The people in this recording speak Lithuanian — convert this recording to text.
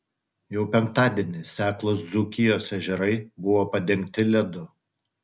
jau penktadienį seklūs dzūkijos ežerai buvo padengti ledu